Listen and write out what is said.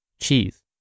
cheese